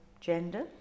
gender